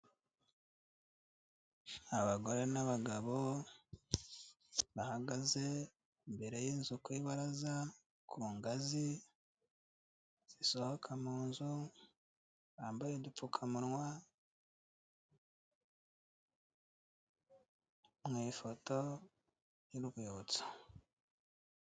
Abagore n'abagabo bahagaze imbere y'inzu ku ibaraza, ku ngazi zisohoka mu nzu bambaye udupfukamunwa mu ifoto y'urwibutso.